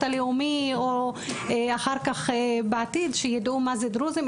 הלאומי או אחר כך בעתיד שידעו מה זה דרוזים,